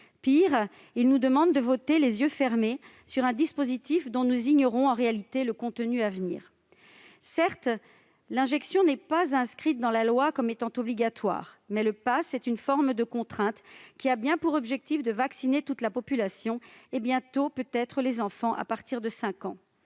Pis, il nous demande de voter les yeux fermés sur un dispositif dont nous ignorons, en réalité, le contenu à venir. Certes, l'injection du vaccin n'est pas inscrite dans la loi comme étant obligatoire, mais le passe est une forme de contrainte qui a bien pour objectif de vacciner toute la population, y compris, bientôt peut-être, les enfants à partir de 5 ans.